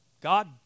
God